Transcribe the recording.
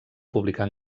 publicar